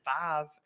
five